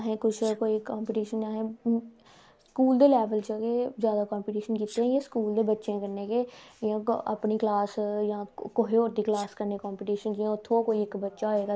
अख़वारां नेईं मतलब ज्यादा ज्यादतर लोक टीवी दे माध्यम तू ज्यादा दिखदे ना जियां न्यूज़ सनोची जंदी कोई किश सना दा जां कोहे दे कोहे दे जेहड़ा कोई